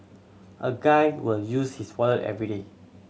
a guy will use his wallet everyday